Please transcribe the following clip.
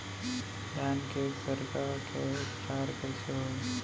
धान के करगा के उपचार कइसे होही?